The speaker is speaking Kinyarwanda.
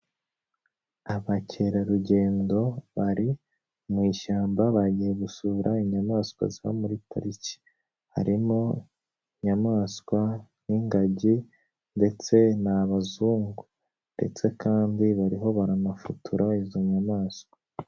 Abakerarugendo bari mu ishyamba bagiye gusura inyamaswa zo muri pariki, harimo inyamaswa nk'ingagi ndetse n'abazungu ndetse kandi bariho baranafotora izo nyamaswa.